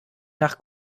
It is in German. nach